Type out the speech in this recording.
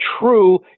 true